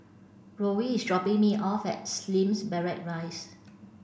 Roel is dropping me off at Slim Barracks Rise